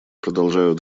продолжают